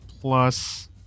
plus